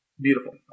Beautiful